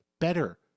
better